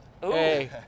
hey